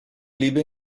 lebe